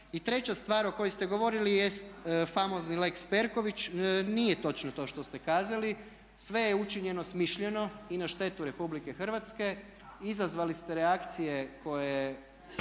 I treća stvar o kojoj ste govorili jest famozni lex Perković. Nije točno to što ste kazali. Sve je učinjeno smišljeno i na štetu Republike Hrvatske. Izazvali ste reakcije koje